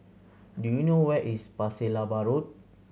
do you know where is Pasir Laba Road